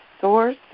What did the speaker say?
source